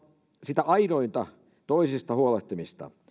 sitä aidointa toisista huolehtimista